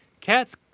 cats